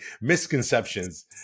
misconceptions